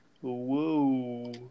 Whoa